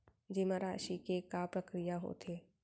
जेमा राशि के का प्रक्रिया होथे?